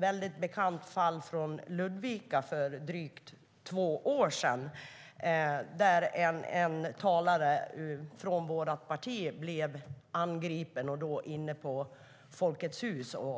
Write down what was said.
finns ett bekant fall från Ludvika för drygt två år sedan. En talare från vårt parti blev angripen inne på Folkets Hus.